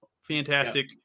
fantastic